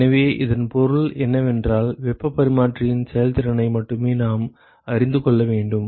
எனவே இதன் பொருள் என்னவென்றால் வெப்பப் பரிமாற்றியின் செயல்திறனை மட்டுமே நாம் அறிந்து கொள்ள வேண்டும்